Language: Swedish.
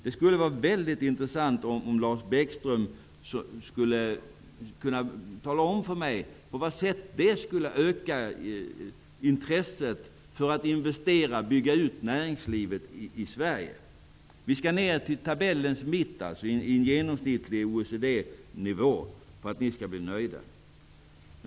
Det skulle vara mycket intressant om Lars Bäckström kunde tala om för mig på vad sätt det skulle öka intresset för att investera och bygga ut näringslivet i Sverige. Vi skall ner till tabellens mitt, dvs. till en genomsnittlig OECD-nivå, om ni skall bli nöjda.